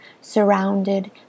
surrounded